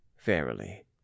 Verily